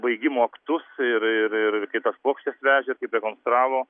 baigimo aktus ir ir ir kai tas plokštes vežė ir kaip rekonstravo